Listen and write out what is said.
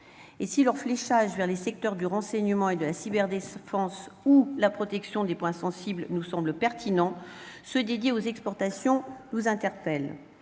Et si leur fléchage vers les secteurs du renseignement et de la cyberdéfense ou vers la protection des points sensibles nous semble pertinent, ceux qui sont dédiés aux exportations nous interpellent.